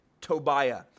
Tobiah